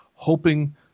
hoping